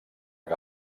que